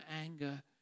anger